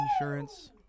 insurance